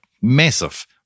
massive